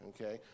Okay